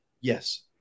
yes